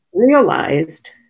realized